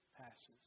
passes